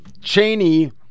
Cheney